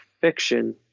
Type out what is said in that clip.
fiction